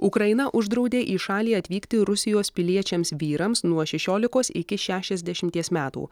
ukraina uždraudė į šalį atvykti rusijos piliečiams vyrams nuo šešiolikos iki šešiasdešimties metų